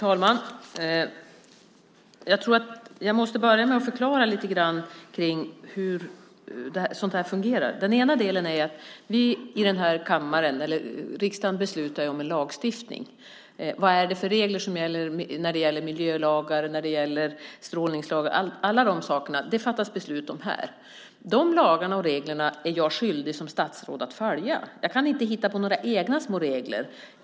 Herr talman! Jag måste börja med att förklara lite grann hur sådant här fungerar. Den ena delen är att riksdagen beslutar om lagstiftning. Vilka regler som ska gälla i fråga om miljölagar, strålningslagar etcetera fattas det beslut om här. Dessa lagar och regler är jag som statsråd skyldig att följa. Jag kan inte hitta på några egna små regler.